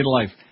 life